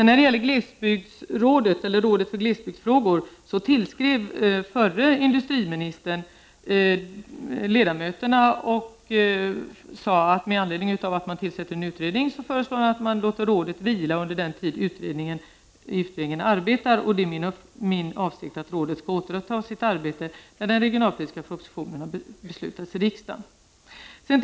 När det gäller rådet för glesbygdsfrågor skrev förre industriministern till ledamöterna i rådet och föreslog att rådet skulle vila under den tid som utredningen arbetade. Det är min avsikt att rådet skall återuppta sitt arbete när den regionalpolitiska propositionen har behandlats i riksdagen.